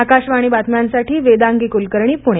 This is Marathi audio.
आकाशवाणी बातम्यांसाठी वेदांगी कुलकर्णी पुणे